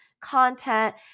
content